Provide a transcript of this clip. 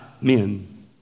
men